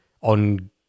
on